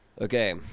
Okay